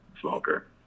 smoker